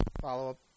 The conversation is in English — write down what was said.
follow-up